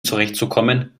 zurechtzukommen